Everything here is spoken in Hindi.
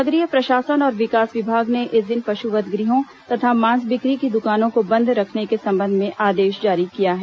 नगरीय प्रशासन और विकास विभाग ने इस दिन पशुवध गृहों तथा मांस बिक्री की दुकानों को बंद रखने के संबंध में आदेश जारी किया है